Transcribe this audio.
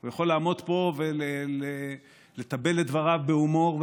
הוא יכול לעמוד פה ולתבל את דבריו בהומור,